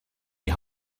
die